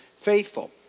faithful